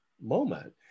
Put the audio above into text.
moment